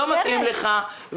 לא מתאים לך.